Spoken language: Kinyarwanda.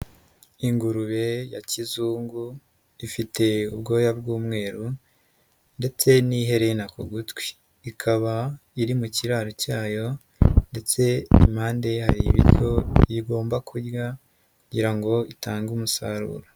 Ingurube ya kizungu ifite ubwoya bw'umweru ndetse n'iherena ku gutwi ikaba iri mu kiraro cyayo ndetse impande hari ibiryo igomba kurya kugira ngo itange umusaruro.